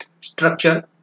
structure